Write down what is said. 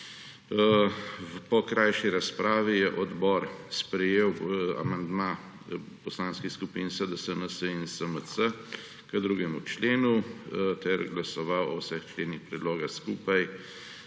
Po krajši razpravi je odbor sprejel amandma poslanskih skupin SDS, NSi in SMC k 2. členu ter glasoval o vseh členih predloga skupaj